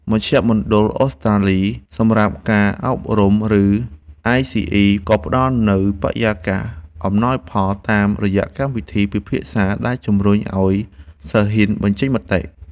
មជ្ឈមណ្ឌលអូស្រ្តាលីសម្រាប់ការអប់រំ ឬ អាយ-ស៊ី-អ៊ី ក៏ផ្ដល់នូវបរិយាកាសអំណោយផលតាមរយៈកម្មវិធីពិភាក្សាដែលជម្រុញឱ្យសិស្សហ៊ានបញ្ចេញមតិ។